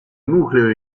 nucleo